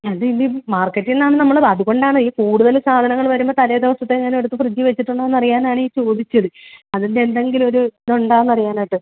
അതിലിൽ മാർക്കറ്റിന്നാണ് നമ്മൾ അതുകൊണ്ടാണ് ഈ കൂടുതൽ സാധനങ്ങൾ വരുമ്പോൾ തലേദിവസത്തെങ്ങാനും എടുത്തു ഫ്രിഡ്ജി വച്ചിട്ടുണ്ടോന്നറിയാനാണീ ചോദിച്ചത് അതിന് എന്തെങ്കിലും ഒരു ഇതുണ്ടോന്നറിയാനായിട്ട്